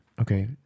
Okay